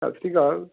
ਸਤਿ ਸ਼੍ਰੀ ਅਕਾਲ